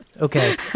Okay